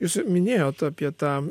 jūs minėjot apie tą